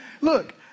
Look